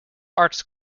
arts